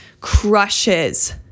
crushes